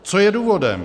Co je důvodem?